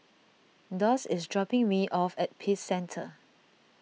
Doss is dropping me off at Peace Centre